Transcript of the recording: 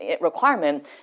requirement